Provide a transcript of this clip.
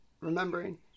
remembering